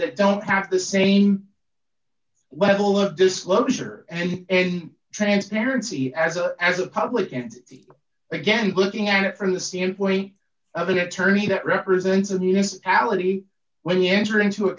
that don't have the same level of disclosure and transparency as a as a public and again looking at it from the standpoint of an attorney that represents a news alley when you enter into a